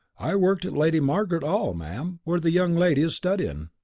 i worked at lady marg'ret all, ma'am, where the young lady is studyin'.